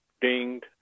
dinged